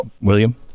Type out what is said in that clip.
William